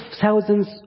thousands